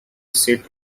seat